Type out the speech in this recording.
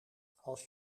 als